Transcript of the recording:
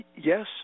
Yes